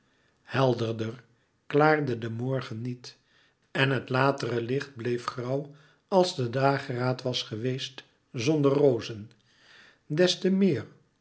helderder klaarde de morgen niet en het latere licht bleef grauw als de dageraad was geweest zonder rozen des te meer